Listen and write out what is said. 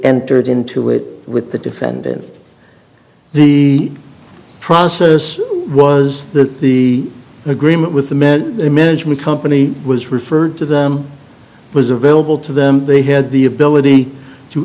entered into it with the defendant the process was that the agreement with the met a management company was referred to them was available to them they had the ability to